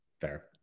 Fair